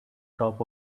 top